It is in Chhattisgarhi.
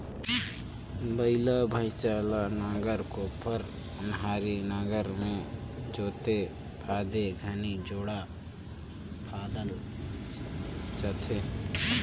बइला भइसा ल नांगर, कोपर, ओन्हारी नागर मे जोते फादे घनी जोड़ा फादल जाथे